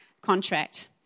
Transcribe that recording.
contract